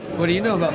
what do you know but